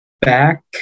back